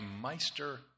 Meister